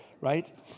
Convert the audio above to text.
right